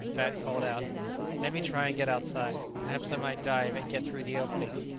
bat called out let me try and get outside. perhaps i might dive and get through the opening.